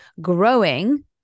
growing